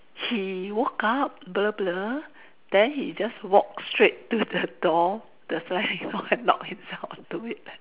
he woke up blur blur then he just walk straight to the door the slide you know and knock his head onto it leh